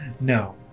No